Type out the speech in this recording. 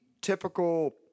typical